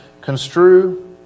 construe